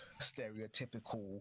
stereotypical